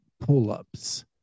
pull-ups